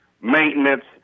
maintenance